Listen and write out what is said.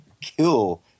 kill